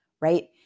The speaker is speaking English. right